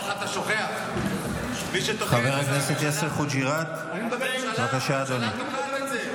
חבר הכנסת יוסף חוג'יראת, בבקשה, אדוני.